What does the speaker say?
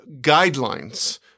guidelines